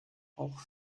auch